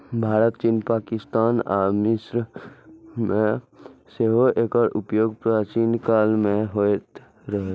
भारत, चीन, पाकिस्तान आ मिस्र मे सेहो एकर उपयोग प्राचीन काल मे होइत रहै